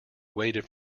waited